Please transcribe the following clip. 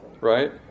right